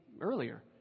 earlier